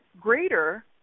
greater